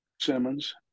Simmons